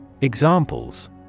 Examples